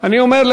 אני אומר,